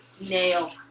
nail